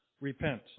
repent